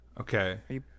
Okay